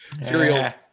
Cereal